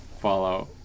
Fallout